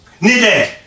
needed